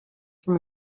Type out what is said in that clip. from